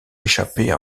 échapper